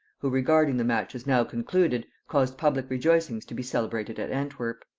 who, regarding the match as now concluded, caused public rejoicings to be celebrated at antwerp.